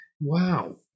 wow